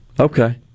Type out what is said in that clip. Okay